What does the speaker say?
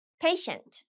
patient